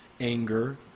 anger